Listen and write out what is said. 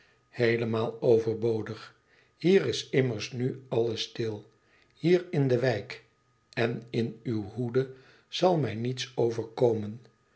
heelemaal overbodig hier is immers nu alles stil hier in de wijk en in uw hoede zal mij niets overkomen